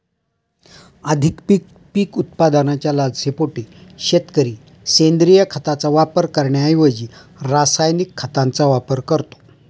अधिक पीक उत्पादनाच्या लालसेपोटी शेतकरी सेंद्रिय खताचा वापर करण्याऐवजी रासायनिक खतांचा वापर करतो